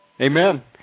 Amen